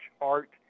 art